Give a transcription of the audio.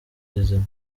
izima